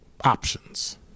options